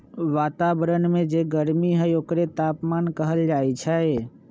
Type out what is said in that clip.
वतावरन में जे गरमी हई ओकरे तापमान कहल जाई छई